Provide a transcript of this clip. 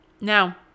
Now